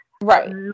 right